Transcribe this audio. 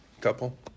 Couple